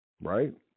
Right